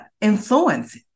influence